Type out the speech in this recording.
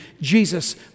Jesus